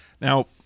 Now